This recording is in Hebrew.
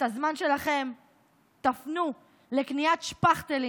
את הזמן שלכם תפנו לקניית שפכטלים